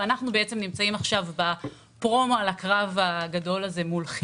ואנחנו נמצאים בפרומו על הקרב הגדול הזה מול כי"ל.